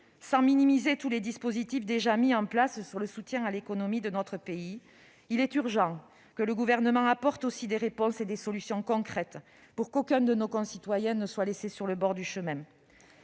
Sans minimiser tous les dispositifs déjà mis en place pour le soutien à l'économie de notre pays, il est urgent que le Gouvernement apporte aussi des réponses et des solutions concrètes pour qu'aucun de nos concitoyens ne soit laissé sur le bord du chemin.